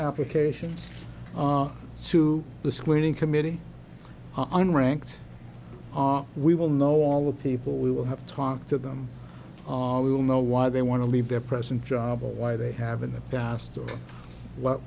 applications to the screening committee on ranked are we will know all the people we will have to talk to them we will know why they want to leave their present job and why they have in the past what